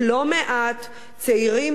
לא-מעט צעירים דתיים,